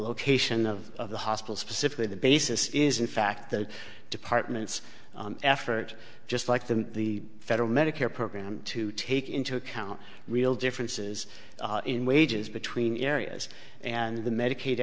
location of the hospital specifically the basis is in fact the department's effort just like the the federal medicare program to take into account real differences in wages between areas and the medica